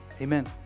Amen